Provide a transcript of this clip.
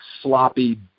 sloppy